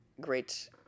great